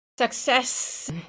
Success